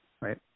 right